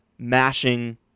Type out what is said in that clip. Mashing